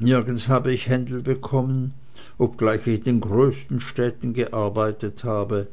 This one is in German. nirgends habe ich händel bekommen obgleich ich in den größten städten gearbeitet habe